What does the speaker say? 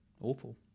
Awful